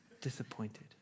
Disappointed